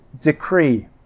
decree